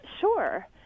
Sure